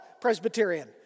Presbyterian